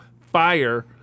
fire